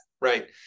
right